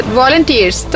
volunteers